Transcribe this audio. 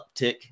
uptick